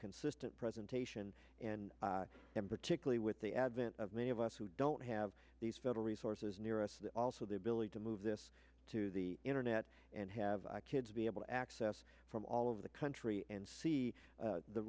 consistent presentation and then particularly with the advent of many of us who don't have these federal resources near us also the ability to move this to the internet and have kids be able to access from all over the country and see